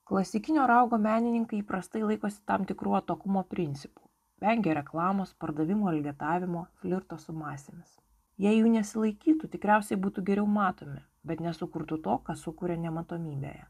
klasikinio raugo menininkai įprastai laikosi tam tikrų atokumo principų vengia reklamos pardavimų elgetavimo flirto su masėmis jei jų nesilaikytų tikriausiai būtų geriau matomi bet nesukurtų to ką sukuria nematomybėje